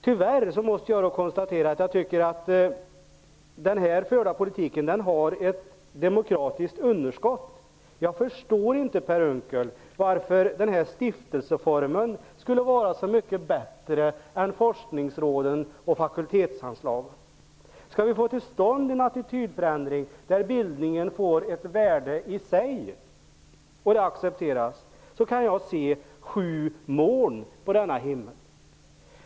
Tyvärr måste jag konstatera att den förda politiken visar på ett demokratiskt underskott. Jag förstår inte, Per Unckel, varför denna stiftelseform skulle vara så mycket bättre än forskningsråden och fakultetsanslagen. När det gäller att man skall få till stånd en attitydförändring som innebär att bildningen får ett värde i sig kan jag se sju moln på denna himmel.